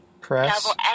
Press